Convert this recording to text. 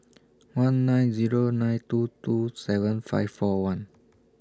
one nine Zero nine two two seven five four one